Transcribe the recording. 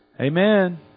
Amen